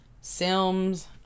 Sims